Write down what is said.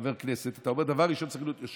כחבר כנסת, אתה אומר: דבר ראשון צריך להיות יושרה.